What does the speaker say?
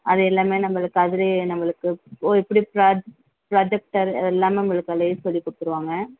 அது எல்லாமே நம்பளுக்கு அதுலையே நம்பளுக்கு ஓ இப்படி ஃப்ராஜெக்ட் ஃப்ராஜெக்டர் எல்லாமே நம்மளுக்கு அதுலையே சொல்லிக்கொடுத்துருவாங்க